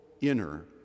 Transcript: inner